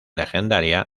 legendaria